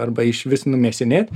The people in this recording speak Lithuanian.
arba išvis numėsinėt